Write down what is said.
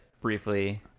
briefly